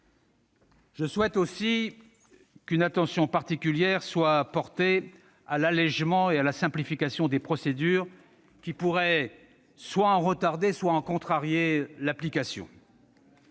Je souhaite également qu'une attention particulière soit portée à l'allègement et à la simplification des procédures qui pourraient soit en retarder soit en contrarier l'application.